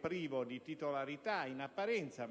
privo di titolarità in apparenza,